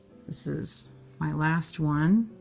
this is my last one